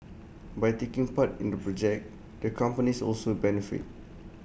by taking part in the project the companies also benefit